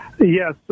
Yes